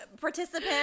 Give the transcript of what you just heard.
participant